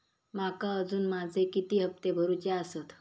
माका अजून माझे किती हप्ते भरूचे आसत?